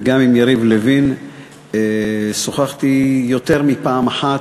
וגם עם יריב לוין שוחחתי יותר מפעם אחת.